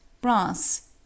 brass